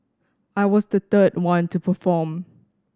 I was the third one to perform